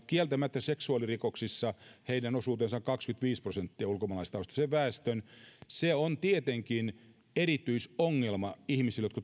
kieltämättä seksuaalirikoksissa heidän osuutensa on kaksikymmentäviisi prosenttia ulkomaalaistaustaisen väestön se on tietenkin erityisongelma ihmisille